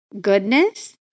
goodness